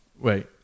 Wait